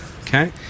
Okay